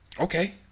Okay